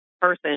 person